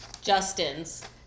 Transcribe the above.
Justin's